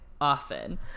often